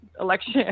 election